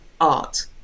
art